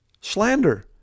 slander